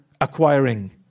acquiring